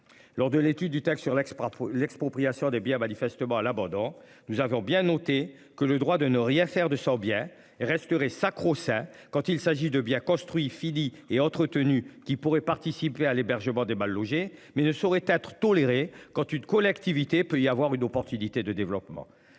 Lors de l'étude du texte sur l'ex-patron l'expropriation des biens manifestement à l'abandon. Nous avons bien noté que le droit de ne rien faire de bien resterait sacro-saint quand il s'agit de bien construit fini et entretenu qui pourrait participer à l'hébergement des mal logés mais ne saurait être toléré. Quand une collectivité peut y avoir une opportunité de développement.